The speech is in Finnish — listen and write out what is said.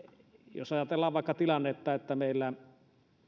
jos ajatellaan vaikka tilannetta että meillä